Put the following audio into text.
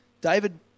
David